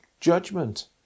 judgment